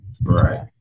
Right